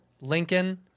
Lincoln